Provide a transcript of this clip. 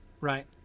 Right